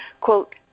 quote